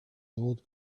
gold